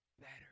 better